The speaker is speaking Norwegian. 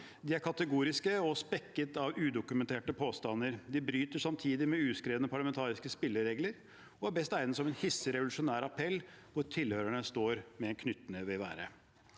De er kategoriske og spekket med udokumenterte påstander. De bryter samtidig med uskrevne parlamentariske spilleregler og er best egnet som en hissig revolusjonær appell hvor tilhørerne står med en knyttneve i været.